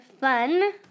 fun